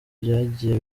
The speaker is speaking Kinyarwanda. byagiye